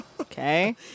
Okay